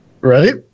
Right